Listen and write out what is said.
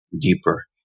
deeper